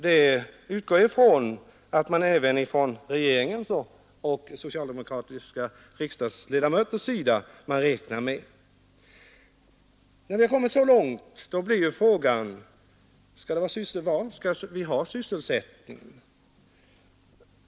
Jag utgår ifrån att även regeringen och socialdemokratiska riksdagsledamöter räknar med det. När vi kommit så långt blir frågan: Var skall vi ha sysselsättningen?